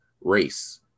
race